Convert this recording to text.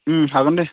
उम हागोन दे